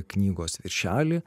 knygos viršelį